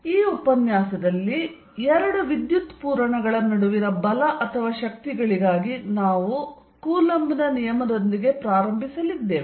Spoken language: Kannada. ಆದ್ದರಿಂದ ಈ ಉಪನ್ಯಾಸದಲ್ಲಿ ಎರಡು ವಿದ್ಯುತ್ ಪೂರಣಗಳ ನಡುವಿನ ಬಲ ಅಥವಾ ಶಕ್ತಿಗಳಿಗಾಗಿ ನಾವು ಕೂಲಂಬ್ ನ ನಿಯಮದೊಂದಿಗೆ ಪ್ರಾರಂಭಿಸಲಿದ್ದೇವೆ